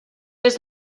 des